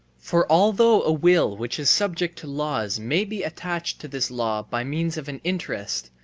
for although a will which is subject to laws may be attached to this law by means of an interest,